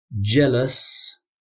jealous